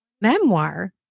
memoir